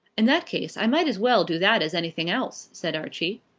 in that case, i might as well do that as anything else, said archie.